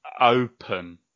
open